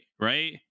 right